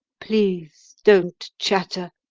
please don't chatter,